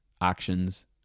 actions